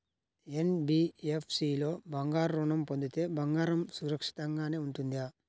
NBFC లో బంగారు ఋణం పొందితే బంగారం సురక్షితంగానే ఉంటుందా?